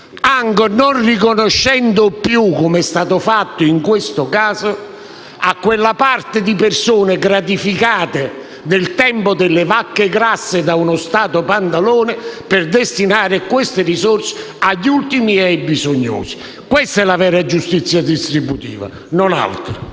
anche non riconoscendo più un diritto, come è stato fatto in questo caso, a quella parte di persone gratificate nel tempo delle vacche grasse da uno Stato Pantalone, per destinare quelle risorse agli ultimi e ai bisognosi. Questa è la vera giustizia distributiva, non altro.